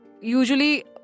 usually